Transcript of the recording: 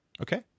Okay